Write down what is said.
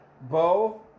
Bo